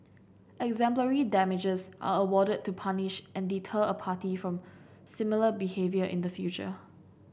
exemplary damages are awarded to punish and deter a party from similar behaviour in the future